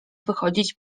wychodzić